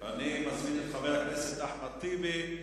אני מזמין את חבר הכנסת אחמד טיבי,